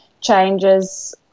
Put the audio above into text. changes